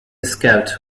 scout